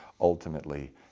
ultimately